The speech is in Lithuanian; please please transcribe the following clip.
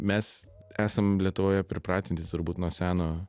mes esam lietuvoje pripratinti turbūt nuo seno